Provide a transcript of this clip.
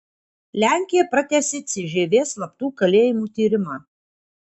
lenkija pratęsė cžv slaptų kalėjimų tyrimą